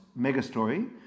Megastory